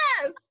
Yes